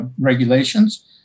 regulations